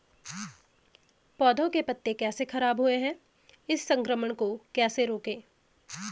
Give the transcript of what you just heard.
पौधों के पत्ते कैसे खराब हुए हैं इस संक्रमण को कैसे रोकें?